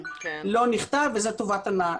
לא נכתב וזאת טובת הנאה.